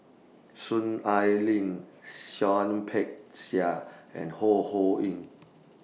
Soon Ai Ling Seah Peck Seah and Ho Ho Ying